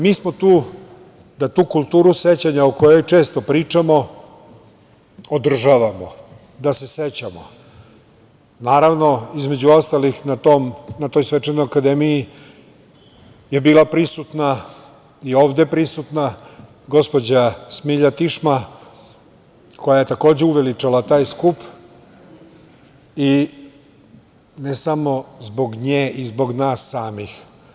Mi smo tu da tu kulturu sećanja o kojoj često pričamo održavamo, da se sećamo, naravno između ostalih na toj Svečanoj akademiji je bila prisutna i ovde prisutna gospođa Smilja Tišma, koja je takođe uveličala taj skup i ne samo zbog nje i zbog nas samih.